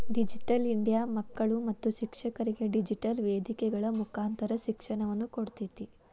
digital India ಮಕ್ಕಳು ಮತ್ತು ಶಿಕ್ಷಕರಿಗೆ ಡಿಜಿಟೆಲ್ ವೇದಿಕೆಗಳ ಮುಕಾಂತರ ಶಿಕ್ಷಣವನ್ನ ಕೊಡ್ತೇತಿ